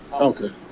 okay